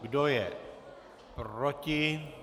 Kdo je proti?